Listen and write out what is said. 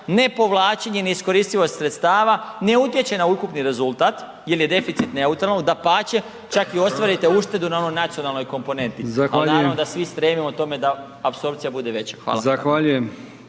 ne povlačenjem i ne iskoristivosti sredstava ne utječe na ukupni rezultat jel je deficit neutralan, dapače čak i ostvarite uštedu na onoj nacionalnoj komponenti …/Upadica: Zahvaljujem/…al naravno da svi stremimo tome da apsorpcija bude veća.